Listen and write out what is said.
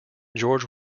george